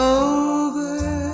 over